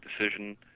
decision